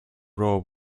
raw